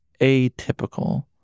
atypical